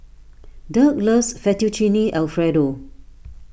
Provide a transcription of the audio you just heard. Dirk loves Fettuccine Alfredo